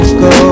go